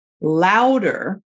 louder